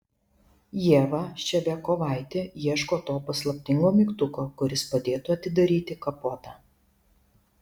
ieva ševiakovaitė ieško to paslaptingo mygtuko kuris padėtų atidaryti kapotą